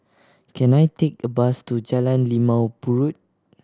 can I take a bus to Jalan Limau Purut